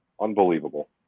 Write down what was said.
unbelievable